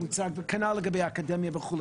כנ"ל לגבי האקדמיה וכולי.